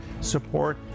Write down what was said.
support